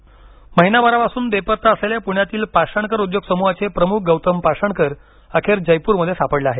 पाषाणकर महिनाभरापासून बेपत्ता असलेले पूण्यातील पाषाणकर उद्योग समूहाचे प्रमुख गौतम पाषाणकर अखेर जयपूरमध्ये सापडले आहेत